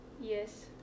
Yes